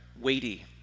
weighty